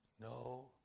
No